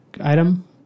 item